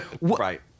Right